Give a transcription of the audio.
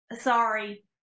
sorry